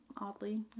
oddly